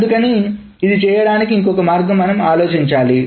అందుకని ఇది చేయడానికి ఇంకో మార్గం మనం ఆలోచించాలి